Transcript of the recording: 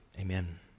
Amen